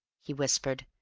he whispered,